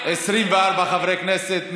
24 חברי כנסת,